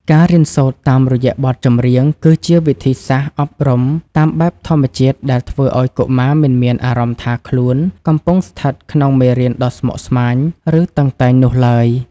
ការរៀនសូត្រតាមរយៈបទចម្រៀង គឺជាវិធីសាស្ត្រអប់រំតាមបែបធម្មជាតិដែលធ្វើឱ្យកុមារមិនមានអារម្មណ៍ថាខ្លួនកំពុងស្ថិតក្នុងមេរៀនដ៏ស្មុគស្មាញ ឬតឹងតែងនោះឡើយ។